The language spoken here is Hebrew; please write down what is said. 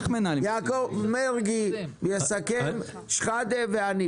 יסכמו חברי הכנסת יעקב מרגי, סמי אבו שחאדה ואני.